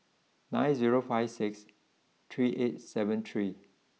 nine zero five six three eight seven three